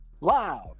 live